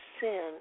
sin